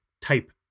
type